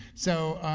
so,